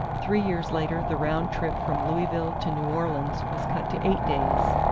three years later the round trip from louisville to new orleans was cut to eight days.